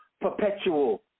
perpetual